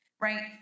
right